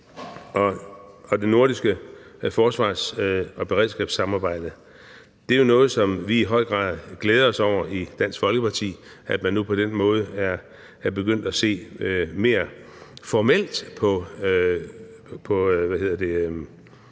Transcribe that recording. og det nordiske forsvars- og beredskabssamarbejde. Det er jo noget, som vi i høj grad glæder os over i Dansk Folkeparti, altså at man nu på den måde er begyndt at se mere formelt på samarbejdet.